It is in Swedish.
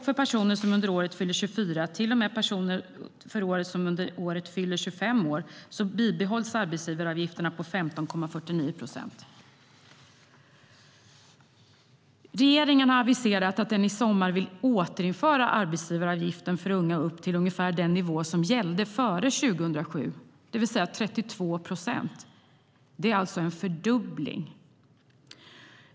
För personer som under året fyller 24 år och för personer som under året fyller 25 år bibehålls arbetsgivaravgifterna på 15,49 procent. Regeringen har aviserat att den i sommar vill återinföra arbetsgivaravgiften för unga upp till ungefär den nivå som gällde före 2007, det vill säga 32 procent. Det är alltså en fördubbling.